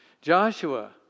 Joshua